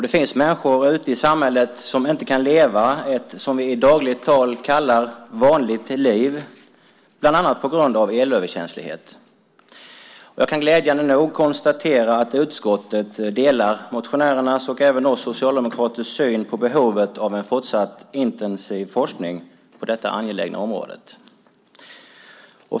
Det finns människor ute i samhället som inte kan leva det vi i dagligt tal kallar vanligt liv bland annat på grund av elöverkänslighet. Jag kan glädjande nog konstatera att utskottet delar motionärernas och även Socialdemokraternas syn på behovet av en fortsatt intensiv forskning på detta angelägna område.